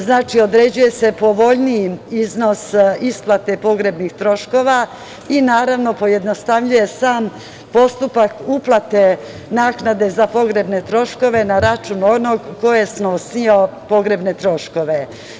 Znači, određuje se povoljniji iznos isplate pogrebnih troškova i pojednostavljuje sam postupak uplate naknade za pogrebne troškove na račun onoga koji je snosio pogrebne troškove.